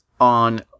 on